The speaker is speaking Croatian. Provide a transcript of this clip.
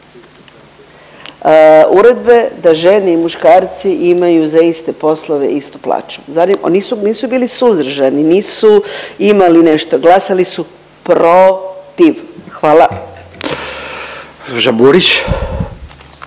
uredbe da žene i muškarci imaju za iste poslove istu plaću. Nisu bili suzdržani, nisu imali nešto glasali su protiv. Hvala.